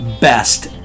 best